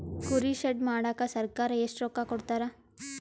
ಕುರಿ ಶೆಡ್ ಮಾಡಕ ಸರ್ಕಾರ ಎಷ್ಟು ರೊಕ್ಕ ಕೊಡ್ತಾರ?